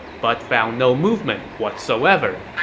but found no movement whatsoever.